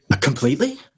Completely